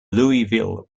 louisville